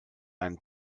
ein